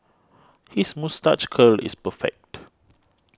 his moustache curl is perfect